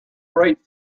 right